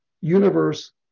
universe